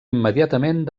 immediatament